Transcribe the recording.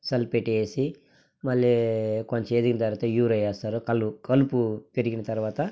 sulphate వేసి మళ్ళి కొంచెం ఎదిగిన తర్వాత యూరియా వేస్తారు కల్లు కలుపు పెరిగిన తర్వాత